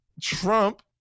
Trump